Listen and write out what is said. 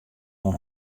oan